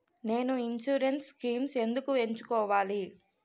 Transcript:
నేను insurance schemes ఎందుకు ఎంచుకోవాలి?